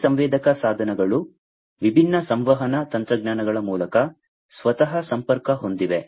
ಈ ಸಂವೇದಕ ಸಾಧನಗಳು ವಿಭಿನ್ನ ಸಂವಹನ ತಂತ್ರಜ್ಞಾನಗಳ ಮೂಲಕ ಸ್ವತಃ ಸಂಪರ್ಕ ಹೊಂದಿವೆ